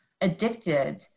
addicted